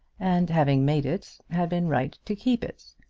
and having made it, had been right to keep it,